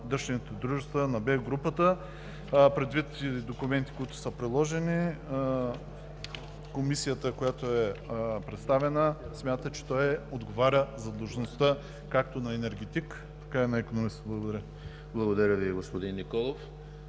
дъщерните дружества на БЕХ групата. Предвид и документите, които са приложени и Комисията, която е представена, смята, че той отговаря за длъжността, както на енергетик, така и на икономист. Благодаря. ПРЕДСЕДАТЕЛ ЕМИЛ ХРИСТОВ: Благодаря Ви, господин Николов.